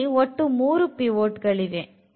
ಇಲ್ಲಿ ಒಟ್ಟು 3 ಪಿವೊಟ್ ಗಳಿವೆ